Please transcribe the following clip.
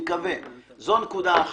זו נקודה אחת.